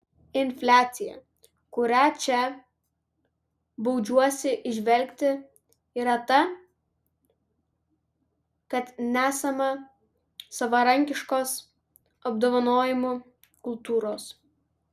infliacija kurią čia baudžiuosi įžvelgti yra ta kad nesama savarankiškos apdovanojimų kultūros